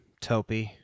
Topi